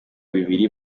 bibiri